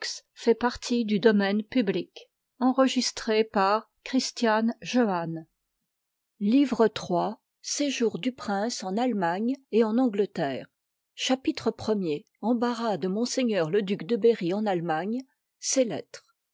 livre iii séjour du prince en allemagne et en angleterre chapitrjî i embarras de m le duc de berry en allemagne ses lettres